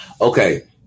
Okay